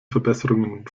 verbesserungen